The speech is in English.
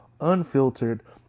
unfiltered